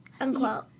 Unquote